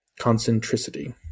concentricity